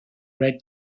red